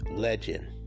legend